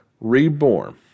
reborn